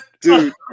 dude